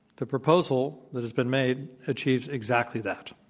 the proposal that has been made achieves exactly that.